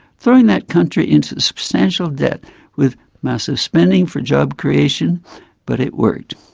throwing that country into substantial debt with massive spending for job creation but it worked.